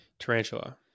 tarantula